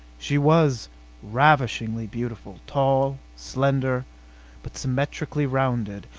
she was ravishingly beautiful, tall, slender but symmetrically rounded.